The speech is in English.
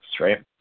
right